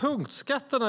Punktskatterna